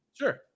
Sure